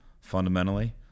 fundamentally